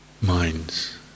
minds